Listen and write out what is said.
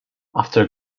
after